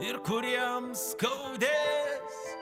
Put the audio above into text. ir kuriems skaudės